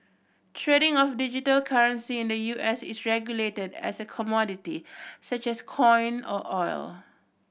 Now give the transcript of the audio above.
trading of digital currency in the U S is regulated as a commodity such as corn or oil